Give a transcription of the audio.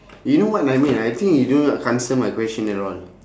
you know what I mean I think you do not answer my question at all